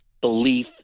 belief